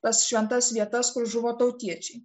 tas šventas vietas kur žuvo tautiečiai